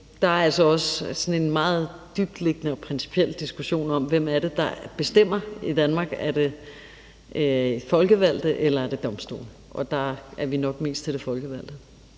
der er altså også sådan en meget dybtliggende og principiel diskussion om, hvem det er, der bestemmer i Danmark: Er det folkevalgte, eller er det domstole? Der er vi nok mest til de folkevalgte.